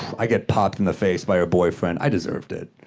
i get popped in the face by her boyfriend. i deserved it.